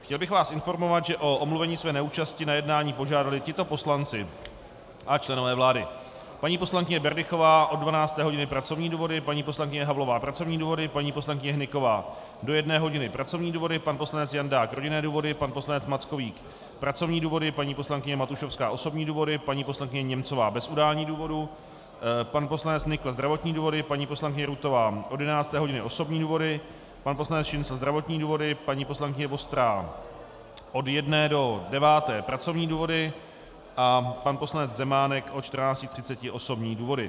Chtěl bych vás informovat, že o omluvení své neúčasti na jednání požádali tito poslanci a členové vlády: paní poslankyně Berdychová od 12. hodiny pracovní důvody, paní poslankyně Havlová pracovní důvody, paní poslankyně Hnyková do 13 hodin pracovní důvody, pan poslanec Jandák rodinné důvody, pan poslanec Mackovík pracovní důvody, paní poslankyně Matušovská osobní důvody, paní poslankyně Němcová bez udání důvodu, pan poslanec Nykl zdravotní důvody, paní poslankyně Rutová od 11. hodiny osobní důvody, pan poslanec Šincl zdravotní důvody, paní poslankyně Vostrá od 13. do 21. hodiny pracovní důvody, pan poslanec Zemánek od 14.30 osobní důvody.